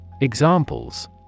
Examples